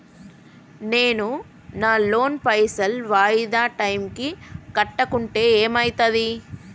నేను నా లోన్ పైసల్ వాయిదా టైం కి కట్టకుంటే ఏమైతది?